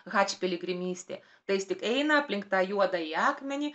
hadž piligrimystė tai jis tik eina aplink tą juodąjį akmenį